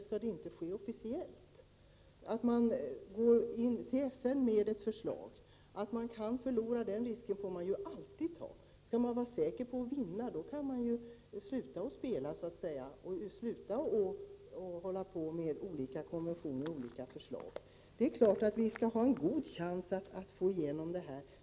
Skall man inte officiellt gå till FN med ett förslag? Risken att man kan förlora får man alltid ta. Skall man vara säker på att vinna kan man sluta att ”spela”, sluta med att utforma olika konventioner och förslag. Det är klart att vi skall ha en god chans att få igenom våra förslag.